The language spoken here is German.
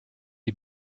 die